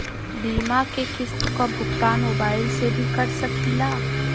बीमा के किस्त क भुगतान मोबाइल से भी कर सकी ला?